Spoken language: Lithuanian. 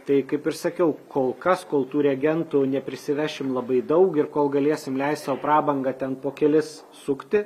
tai kaip ir sakiau kol kas kol tų reagentų neprisivešim labai daug ir kol galėsim leist sau prabangą ten po kelis sukti